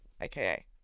Aka